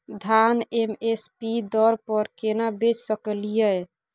धान M S P दर पर केना बेच सकलियै?